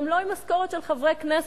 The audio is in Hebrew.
גם לא עם משכורת של חברי כנסת,